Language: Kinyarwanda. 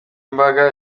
imbaga